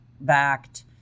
backed